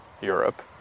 Europe